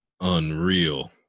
Unreal